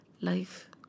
life